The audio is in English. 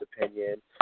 opinion